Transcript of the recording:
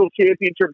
championship